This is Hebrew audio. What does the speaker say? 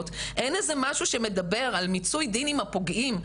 - אין איזה משהו שמדבר על מיצוי דין עם הפוגעים,